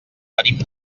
venim